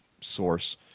source